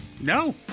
No